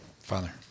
Father